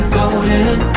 golden